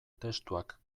testuak